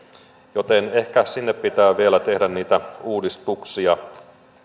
joten ehkä sinne pitää vielä tehdä niitä uudistuksia